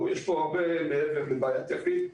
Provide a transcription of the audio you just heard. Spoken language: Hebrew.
יש פה הרבה מעבר לבעיה טכנית.